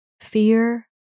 fear